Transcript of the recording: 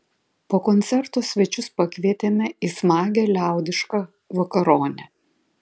po koncerto svečius pakvietėme į smagią liaudišką vakaronę